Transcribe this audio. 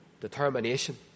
Determination